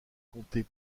compter